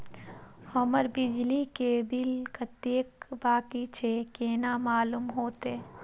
हमर बिजली के बिल कतेक बाकी छे केना मालूम होते?